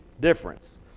difference